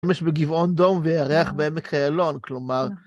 שמש בגבעון דום וירח בעמק איילון, כלומר